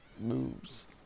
moves